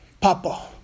Papa